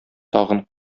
тагын